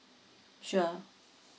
sure